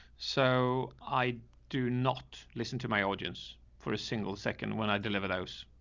so i do not listen to my audience for a single second. when i deliver those,